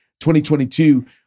2022